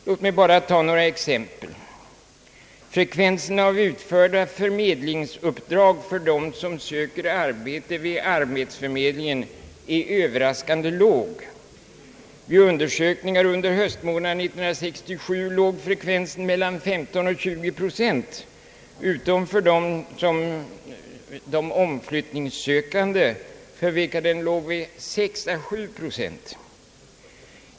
Låt mig bara ta några exempel. Frekvensen av utförda förmedlingsuppdrag för dem som söker arbete vid arbetsförmedlingen är överraskande låg. Vid undersökningar under höstmånaderna 1967 låg frekvensen mellan 15 och 20 procent, utom för de omflyttningssökande, för vilka den låg vid 6 å 7 procent.